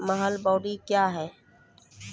महलबाडी क्या हैं?